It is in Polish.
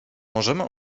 możemy